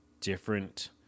different